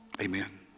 Amen